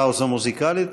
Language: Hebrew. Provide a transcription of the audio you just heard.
פאוזה מוזיקלית.